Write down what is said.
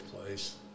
place